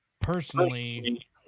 personally